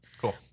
Cool